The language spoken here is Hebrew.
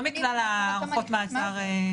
לא מכלל הארכות מעצר.